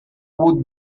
would